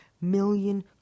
million